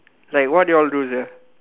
like what did you all do sia